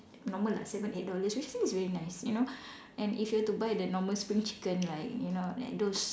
normal ah seven eight dollars which I think is really nice you know and if you were to buy the normal spring chicken like you know at those